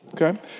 Okay